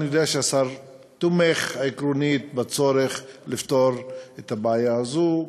אני יודע שהשר תומך עקרונית בצורך לפתור את הבעיה הזו.